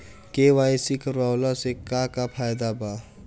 KYC करवला से का का फायदा बा?